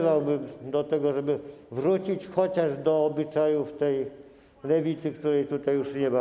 Wzywałbym do tego, żeby wrócić chociaż do obyczajów tej lewicy, której tutaj już nie ma.